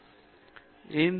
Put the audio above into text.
பேராசிரியர் பி